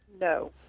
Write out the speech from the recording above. no